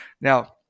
Now